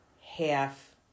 half